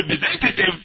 representative